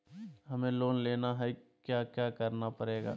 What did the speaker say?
हमें लोन लेना है क्या क्या करना पड़ेगा?